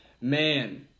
Man